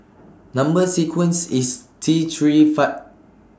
Number sequence IS T three five